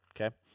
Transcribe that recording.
Okay